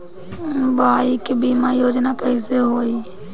Bike बीमा योजना कैसे होई?